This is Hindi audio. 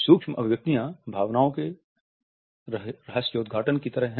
सूक्ष्म अभिव्यक्तियाँ भावनाओं के रहस्योद्धाटन की तरह हैं